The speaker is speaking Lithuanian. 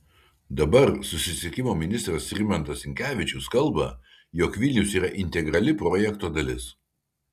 dabar susisiekimo ministras rimantas sinkevičius kalba jog vilnius yra integrali projekto dalis